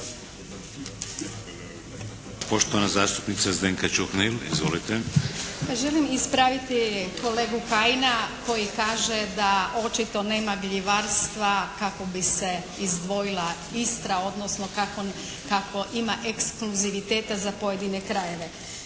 Izvolite. **Čuhnil, Zdenka (Nezavisni)** Želim ispraviti kolegu Kajina koji kaže da očito nema gljivarstva kako bi se izdvojila Istra, odnosno kako ima ekskluziviteta za pojedine krajeve.